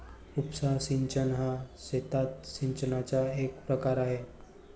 उपसा सिंचन हा शेतात सिंचनाचा एक प्रकार आहे